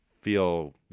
feel